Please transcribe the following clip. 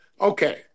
okay